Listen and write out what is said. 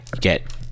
get